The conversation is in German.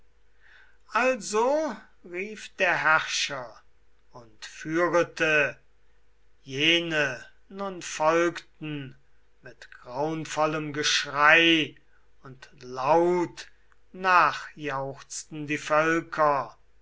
also rief der herrscher und führete jene nun folgten mit graunvollem geschrei und laut nachjauchzten die völker